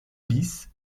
bis